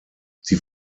sie